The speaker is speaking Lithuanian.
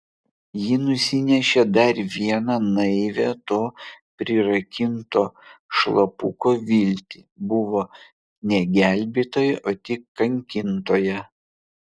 ji nusinešė dar vieną naivią to prirakinto šlapuko viltį buvo ne gelbėtoja o tik kankintoja